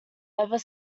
ever